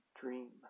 dream